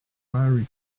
priory